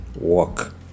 walk